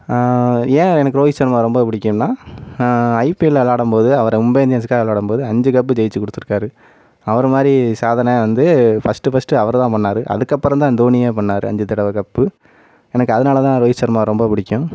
ஏன் எனக்கு ரோகித்சர்மாவை ரொம்ப பிடிக்கும்னா ஐபிஎல்ல விளையாடம்போது அவர் மும்பை இந்தியன்ஸ்க்காக விளையாடம்போது அஞ்சு கப்பு ஜெயித்து கொடுத்துருக்காரு அவர் மாதிரி சாதனை வந்து ஃபர்ஸ்ட்டு ஃபர்ஸ்ட்டு அவர்தான் பண்ணார் அதுக்கப்புறந்தான் டோனியே பண்ணார் அஞ்சு தடவை கப்பு எனக்கு அதனாலதான் ரோகித்சர்மா ரொம்ப பிடிக்கும்